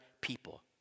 people